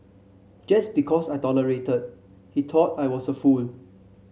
just because I tolerated he thought I was a fool